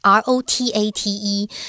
R-O-T-A-T-E